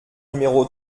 numéro